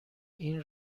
این